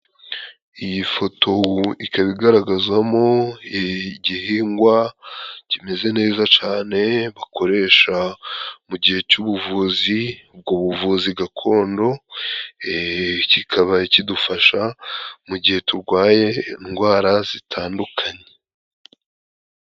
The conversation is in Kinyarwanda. Iyi foto ubu ikaba igaragazwamo igihingwa kimeze neza cane, bakoresha mu gihe cy'ubuvuzi. Ubwo buvuzi gakondo, kikaba kidufasha mu gihe turwaye indwara zitandukanye.